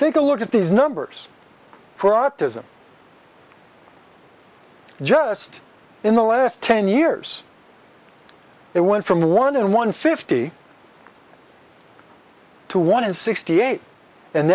think a look at these numbers for autism just in the last ten years it went from one in one fifty to one in sixty eight and